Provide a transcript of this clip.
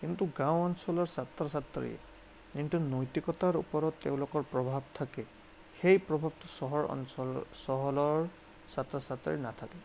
কিন্তু গাঁও অঞ্চলৰ ছাত্ৰ ছাত্ৰী কিন্তু নৈতিকতাৰ ওপৰত তেওঁলোকৰ প্ৰভাৱ থাকে সেই প্ৰভাৱটো চহৰ অঞ্চলৰ চহৰৰ ছাত্ৰ ছাত্ৰীৰ নাথাকে